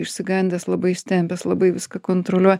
išsigandęs labai įsitempęs labai viską kontroliuoja